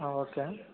ஆ okay